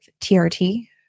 TRT